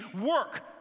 work